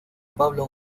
pablo